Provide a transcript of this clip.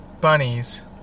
bunnies